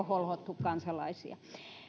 holhottu kansalaisia